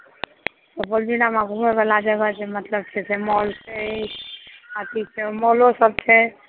सुपौल जिलामे घुमए वला जगह छैक मतलब मॉल छै एथी मॉलो सभ छैक